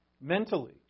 mentally